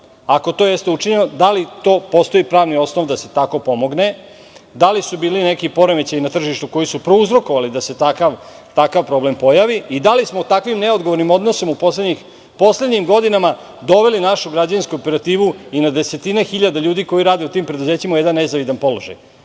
ako jeste, da li postoji pravni osnov, da se pomogne, da li su bili neki poremećaji na tržištu koji su prouzrokovali da se takav problem pojavi i da li smo takvim neodgovornim odnosom u poslednjim godinama doveli našu građevinsku operativu i na desetine hiljada ljudi koji rade u tim preduzećima u jedan nezavidan